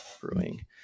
Brewing